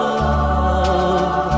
love